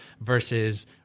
versus